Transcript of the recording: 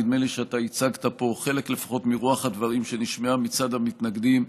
נדמה לי שאתה הצגת פה לפחות חלק מרוח הדברים שנשמעו מצד המתנגדים.